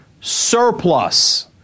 surplus